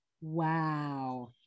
Wow